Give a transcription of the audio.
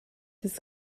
this